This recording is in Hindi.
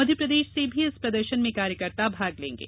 मध्यप्रदेश से भी इस प्रदर्शन में कार्यकर्ता भाग लेंगे